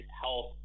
health